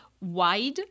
Wide